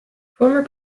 former